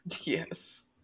yes